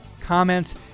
comments